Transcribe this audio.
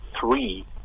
three